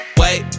wait